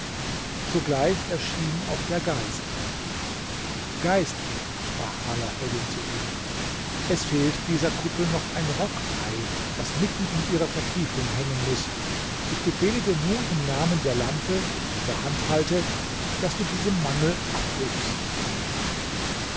sogleich erschien auch der geist geist sprach alaeddin zu ihm es fehlt dieser kuppel noch ein rockei das mitten in ihrer vertiefung hängen muß ich befehle dir nun im namen der lampe die ich in der hand halte daß du diesem mangel abhilfst